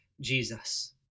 Jesus